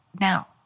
Now